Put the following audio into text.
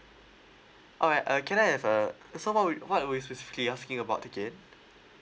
alright uh can I have uh so what would what would specifically asking about again